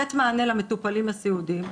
לתת מענה למטופלים הסיעודיים,